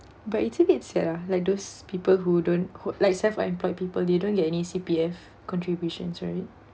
but it's a bit sad lah like those people who don't who like self employed people they don't get any C_P_F contributions right